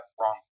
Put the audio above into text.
wrong